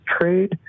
trade